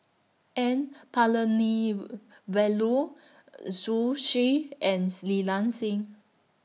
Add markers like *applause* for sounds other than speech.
N Palanivelu Zhu Xu *unintelligible* Li Nanxing